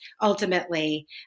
ultimately